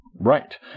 Right